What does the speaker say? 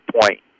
point